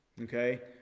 okay